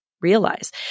realize